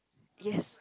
yes